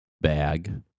bag